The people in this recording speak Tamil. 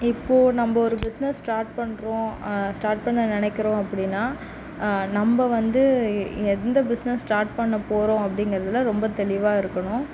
இப்போ நம்ம ஒரு பிஸ்னஸ் ஸ்டார்ட் பண்ணுறோம் ஸ்டார்ட் பண்ண நினக்கிறோம் அப்படின்னா நம்ப வந்து எந்த பிஸ்னஸ் ஸ்டார்ட் பண்ண போகிறோம் அப்படிங்குறதில் ரொம்ப தெளிவாக இருக்கணும்